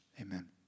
Amen